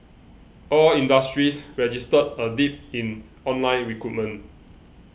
all industries registered a dip in online recruitment